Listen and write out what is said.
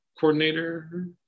coordinator